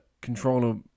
controller